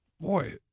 boy